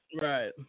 Right